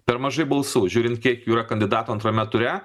per mažai balsų žiūrint kiek jų yra kandidatų antrame ture